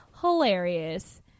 hilarious